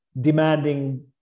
demanding